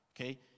Okay